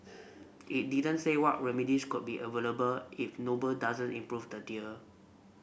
it didn't say what remedies could be available if Noble doesn't improve the deal